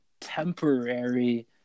temporary